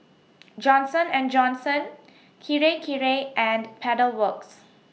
Johnson and Johnson Kirei Kirei and Pedal Works